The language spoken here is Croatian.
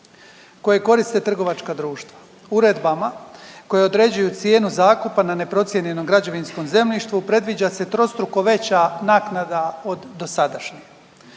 kojeg koriste trgovačka društva. Uredbama koje određuju cijenu zakupa na neprocijenjenom građevinskom zemljišta predviđa se trostruko veća naknada od dosadašnje.